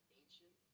ancient